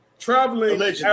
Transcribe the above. Traveling